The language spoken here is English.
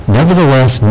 Nevertheless